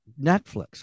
Netflix